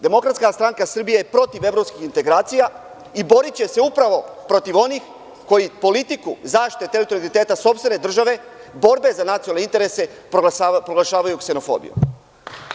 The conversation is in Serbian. Demokratska stranka Srbije je protiv evropskih integracija i boriće se protiv onih koji politiku zaštite teritorijalnog integriteta sopstvene države, borbe za nacionalne interese proglašavaju ksenofobijom.